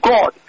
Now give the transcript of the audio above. God